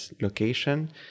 location